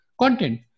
content